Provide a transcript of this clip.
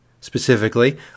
specifically